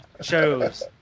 shows